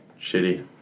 Shitty